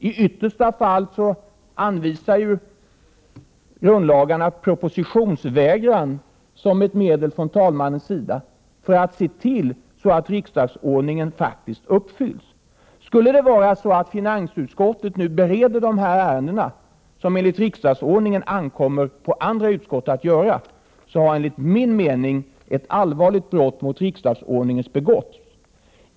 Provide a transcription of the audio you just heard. I yttersta fall anvisar ju grundlagarna propositionsvägran som ett medel från talmannens sida att se till att riksdagsordningen faktiskt följs. Skulle det vara så att finansutskottet nu bereder dessa ärenden, som det enligt riksdagsordningen ankommer på andra utskott att göra, har enligt min uppfattning ett allvarligt brott mot riksdagsordningen begåtts.